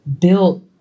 built